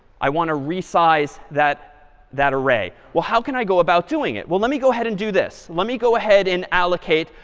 i want to resize that that array. well, how can i go about doing it? well, let me go ahead and do this. let me go ahead and allocate,